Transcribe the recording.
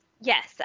Yes